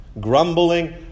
grumbling